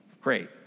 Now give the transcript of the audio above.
Great